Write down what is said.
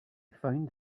found